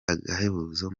agahebuzo